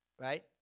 right